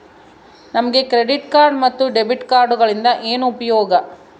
ನಮಗೆ credit card ಮತ್ತು debit ಕಾರ್ಡುಗಳಿಂದ ಏನು ಉಪಯೋಗ?